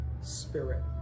spirit